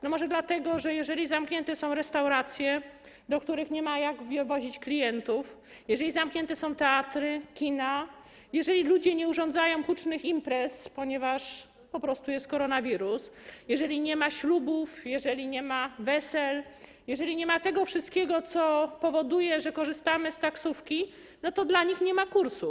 No może dlatego, że jeżeli zamknięte są restauracje, do których nie ma po co wozić klientów, jeżeli zamknięte są teatry, kina, jeżeli ludzie nie urządzają hucznych imprez, ponieważ po prostu jest koronawirus, jeżeli nie ma ślubów, jeżeli nie ma wesel, jeżeli nie ma tego wszystkiego, co powoduje, że korzystamy z taksówki, to taksówkarze nie mają kursów.